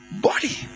body